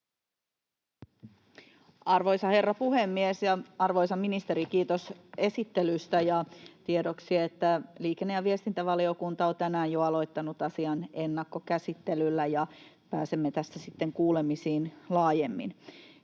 Arvoisa herra puhemies! Arvoisa ministeri, kiitos esittelystä, ja tiedoksi, että liikenne- ja viestintävaliokunta on tänään jo aloittanut asian ennakkokäsittelyllä, ja pääsemme tässä sitten kuulemisiin laajemmin.